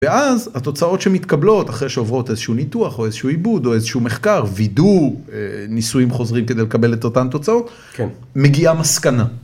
ואז התוצאות שמתקבלות, אחרי שעוברות איזשהו ניתוח, או איזשהו עיבוד, או איזשהו מחקר, וידוא, ניסויים חוזרים כדי לקבל את אותן תוצאות, מגיעה מסקנה.